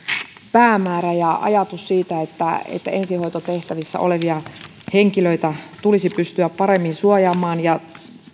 päämäärä ja ajatus siitä että ensihoitotehtävissä olevia henkilöitä tulisi pystyä paremmin suojaamaan ja